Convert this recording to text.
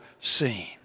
seen